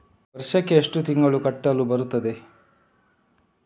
ವರ್ಷಕ್ಕೆ ಎಷ್ಟು ತಿಂಗಳು ಕಟ್ಟಲು ಬರುತ್ತದೆ?